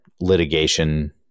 litigation